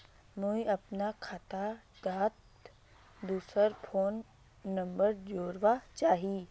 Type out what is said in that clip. मुई अपना खाता डात दूसरा फोन नंबर जोड़वा चाहची?